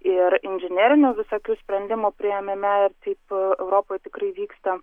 ir inžinerinių visokių sprendimų priėmime ir taip europoj tikrai vyksta